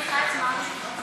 נתקבלו.